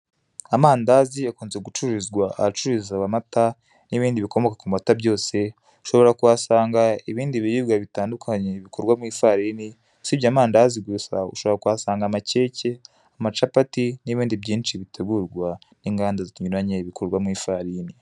Amandazi akunze gucururizwa ahacuruzwa amata, n'ibindi bikomoka ku mata byose, ushobora kuhasanga ibindi biribwa bitandukanye bikorwa mu ifarini usibye amandazi gusa ushobora kuhasanga amakeke, amacapati n'ibindi byinshi bitegurwa n'inganda zinyuranye bikorwa mu ifarini.